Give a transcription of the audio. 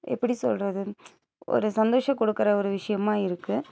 எப்படி சொல்கிறது ஒரு சந்தோஷம் கொடுக்குற ஒரு விஷயமா இருக்குது